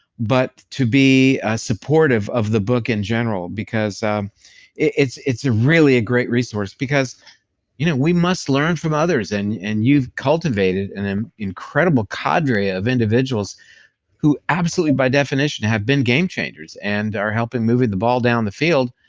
but to be supportive of the book in general, because it's it's really a great resource. because you know, we must learn from others, and and you've cultivated an um incredible cadre of individuals who absolutely by definition have been game changers and are helping moving the ball down the field,